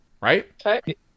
right